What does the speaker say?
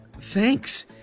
thanks